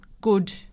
good